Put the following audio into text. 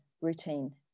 routine